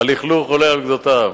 הלכלוך עולה גדותיו.